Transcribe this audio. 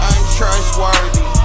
Untrustworthy